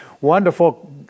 wonderful